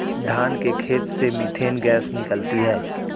धान के खेत से मीथेन गैस निकलती है